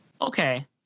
Okay